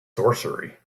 sorcery